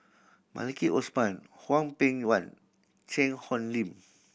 Maliki Osman Hwang Peng Yuan Cheang Hong Lim